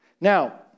Now